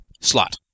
slot